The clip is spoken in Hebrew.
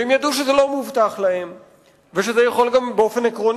והם ידעו שזה לא מובטח להם ושבאופן עקרוני,